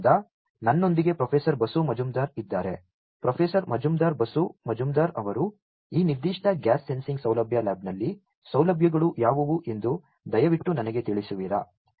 ಆದ್ದರಿಂದ ನನ್ನೊಂದಿಗೆ ಪ್ರೊಫೆಸರ್ ಬಸು ಮಜುಂದಾರ್ ಇದ್ದಾರೆ ಪ್ರೊಫೆಸರ್ ಮಜುಂದಾರ್ ಬಸು ಮಜುಂದಾರ್ ಅವರು ಈ ನಿರ್ದಿಷ್ಟ ಗ್ಯಾಸ್ ಸೆನ್ಸಿಂಗ್ ಸೌಲಭ್ಯ ಲ್ಯಾಬ್ನಲ್ಲಿ ಸೌಲಭ್ಯಗಳು ಯಾವುವು ಎಂದು ದಯವಿಟ್ಟು ನನಗೆ ತಿಳಿಸುವಿರಾ